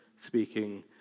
speaking